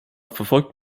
verfolgt